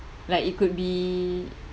like it could be